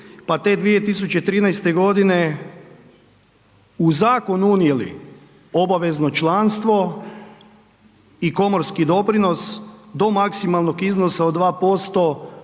pa te 2013.g. u zakon unijeli obavezno članstvo i komorski doprinos do maksimalnog iznosa od 2%,